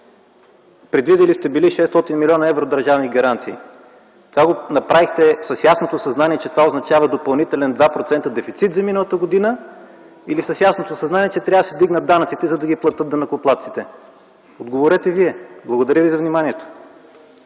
Предвидили сте били 600 млн. евро държавни гаранции. Направихте го с ясното съзнание, че това означава да има допълнителен 2% дефицит за миналата година или с ясното съзнание, че трябва да се вдигнат данъците, за да ги платят данъкоплатците?! Отговорете Вие! Благодаря ви за вниманието.